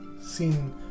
seen